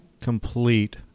complete